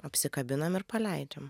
apsikabinam ir paleidžiam